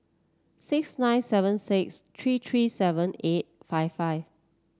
six nine seven six three three seven eight five five